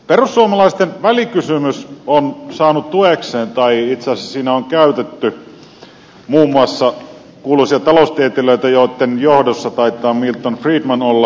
perussuomalaisten välikysymys on saanut tuekseen tai itse asiassa siinä on käytetty muun muassa kuuluisia taloustieteilijöitä joitten johdossa taitaa milton friedman olla